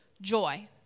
joy